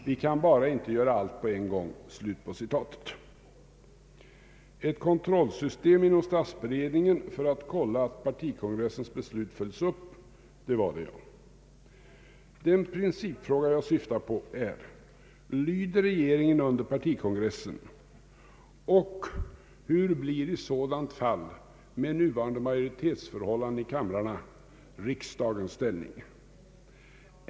Vi kan bara inte göra allt på en gång.” Ett kontrollsystem inom statsrådsberedningen för att kolla att partikongressens beslut följs upp var det ja. Den principfråga jag syftar på är: Lyder regeringen under partikongressen, och hur blir i sådant fall med nuvarande majoritetsförhållande i kamrarna riksdagens ställning?